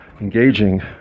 engaging